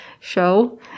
show